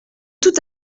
tout